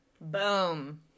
Boom